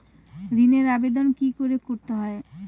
ঋণের আবেদন কি করে করতে হয়?